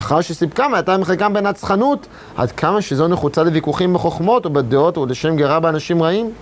אחר שסיפקם, הייתה מחלקה בנת זכנות, עד כמה שזו נחוצה לוויכוחים בחוכמות, ובדעות, ולשם גרה באנשים רעים.